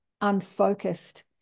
unfocused